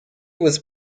was